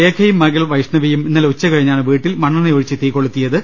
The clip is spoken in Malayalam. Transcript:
ലേഖയും മകൾ വൈഷ്ണവിയും ഇന്നലെ ഉച്ചുകഴി ഞ്ഞാണ് വീട്ടിൽ മണ്ണെണ്ണയൊഴിച്ച് തീ കൊളുത്തിയത്